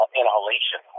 inhalation